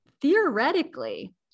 theoretically